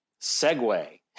segue